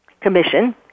Commission